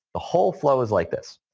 the whole flow is like this.